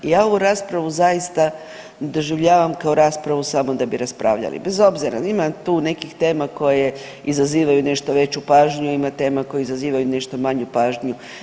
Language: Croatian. Ja ovu raspravu zaista doživljavam kao raspravu samo da bi raspravljali bez obzira ima tu nekih tema koje izazivaju nešto veću pažnju, ima tema koje izazivaju nešto manju pažnju.